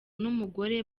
n’umugore